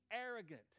arrogant